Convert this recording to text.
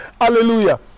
hallelujah